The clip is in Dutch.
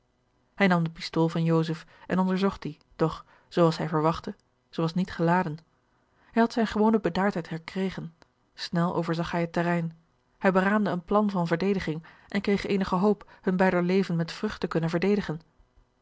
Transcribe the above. hij nam de pistool van joseph en onderzocht die doch zoo als hij verwachtte zij was niet geladen hij had zijne gewone bedaardheid herkregen snel overzag hij het terrein hij beraamde een plan van verdediging en kreeg eenige hoop hun beider leven met vrucht te kunnen verdedigen